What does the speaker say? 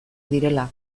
direla